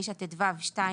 9טו(2),